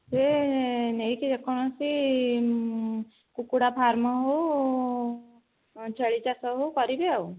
ସେ ନେଇକି ଯେକୌଣସି କୁକୁଡ଼ା ଫାର୍ମ୍ ହେଉ ଛେଳି ଚାଷ ହେଉ କରିବେ ଆଉ